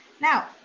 Now